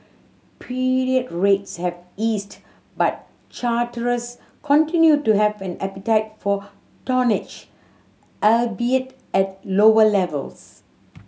period rates have eased but charterers continued to have an appetite for tonnage albeit at lower levels